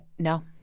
no